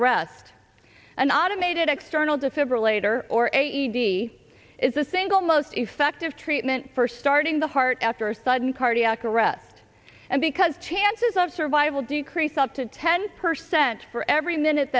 arrest an automated external defibrillator or a d is the single most effective treatment for starting the heart after sudden cardiac arrest and because chances of survival decrease up to ten percent for every minute